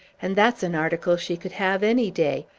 and that's an article she could have, any day.